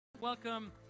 Welcome